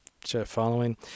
following